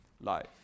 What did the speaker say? life